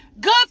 Good